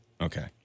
Okay